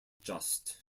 just